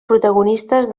protagonistes